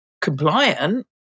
compliant